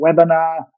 webinar